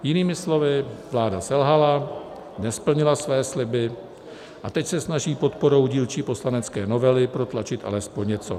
Jinými slovy, vláda selhala, nesplnila své sliby a teď se snaží podporou dílčí poslanecké novely protlačit alespoň něco.